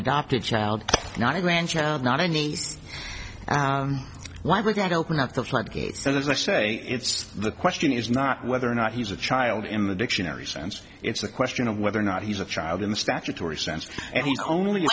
adopted child not a grandchild not any why we're going to open up the floodgates so there's i say it's the question is not whether or not he's a child in the dictionary sense it's a question of whether or not he's a child in the statutory sense and he's only